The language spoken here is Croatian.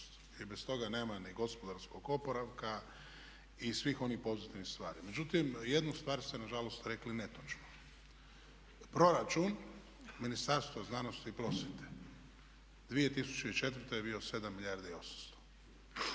i bez toga nema ni gospodarskog oporavka i svih onih poduzetnih stvari. Međutim, jednu stvar ste nažalost rekli netočno. Proračun Ministarstva znanosti i prosvjete 2004. je bio 7 milijardi i 800,